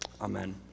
amen